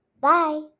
Bye